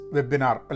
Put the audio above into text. Webinar